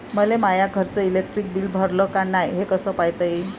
मले माया घरचं इलेक्ट्रिक बिल भरलं का नाय, हे कस पायता येईन?